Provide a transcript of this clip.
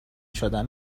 شدن